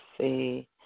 see